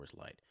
Light